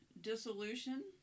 dissolution